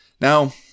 Now